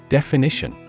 Definition